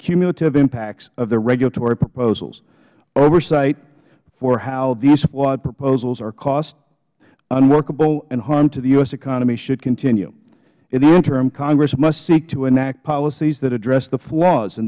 cumulative impacts of their regulatory proposals oversight for how these flawed proposals are costly unworkable and harmful to the u s economy should continue in the interim congress must seek to enact policies that address the flaws in